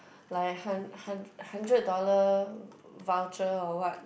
like hun~ hun~ hundred dollar voucher or what